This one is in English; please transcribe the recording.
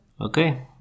Okay